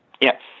Yes